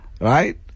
right